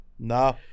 No